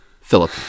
Philip